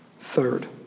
Third